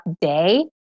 day